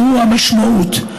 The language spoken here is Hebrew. זאת המשמעות.